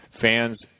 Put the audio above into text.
Fans